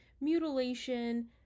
mutilation